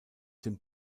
dem